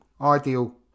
ideal